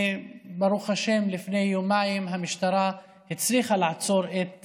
וברוך השם, לפני יומיים המשטרה הצליחה לעצור את